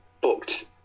booked